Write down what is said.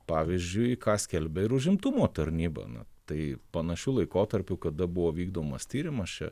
pavyzdžiui ką skelbia ir užimtumo tarnyba na tai panašiu laikotarpiu kada buvo vykdomas tyrimas čia